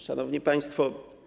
Szanowni Państwo!